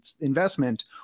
investment